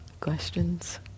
questions